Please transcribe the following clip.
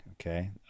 okay